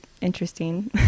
interesting